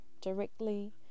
Directly